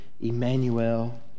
Emmanuel